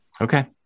Okay